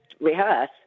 rehearse